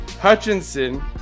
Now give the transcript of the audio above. hutchinson